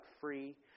free